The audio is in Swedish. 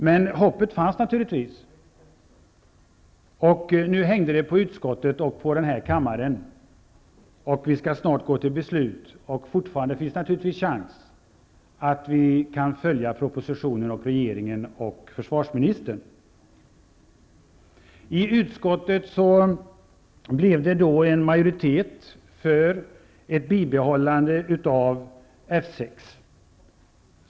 Men hoppet fanns naturligtvis, och nu hängde det på utskottet och den här kammaren. Vi skall snart gå till beslut, och fortfarande finns naturligtvis chans att vi kan följa propositionen, regeringen och försvarsministern. I utskottet blev det en majoritet för ett bibehållande av F 6.